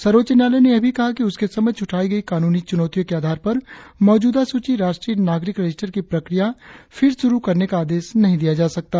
सर्वोच्च न्यायालय ने यह भी कहा कि उसके समक्ष उठाई गई कानूनी चुनौतियों के आधार पर मौजूदा सूची राष्ट्रीय नागरिक रजिस्टर की प्रक्रिया फिर शुरु करने का आदेश नहीं दिया जा सकता